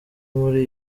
muri